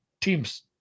teams